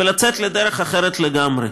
ולצאת לדרך אחרת לגמרי.